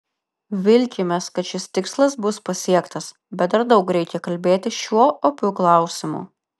vilkimės kad šis tikslas bus pasiektas bet dar daug reikia kalbėti šiuo opiu klausimu